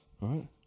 right